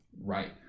Right